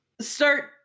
Start